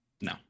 No